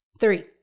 Three